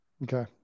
Okay